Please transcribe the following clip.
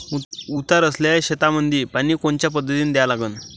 उतार असलेल्या शेतामंदी पानी कोनच्या पद्धतीने द्या लागन?